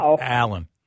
Alan